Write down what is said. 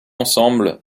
ensemble